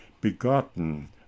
begotten